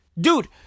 Dude